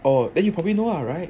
oh then you probably know lah right